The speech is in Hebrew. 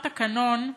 1. לפי אותו תקנון,